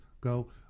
go